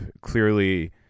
clearly